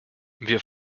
wir